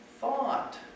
thought